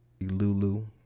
Lulu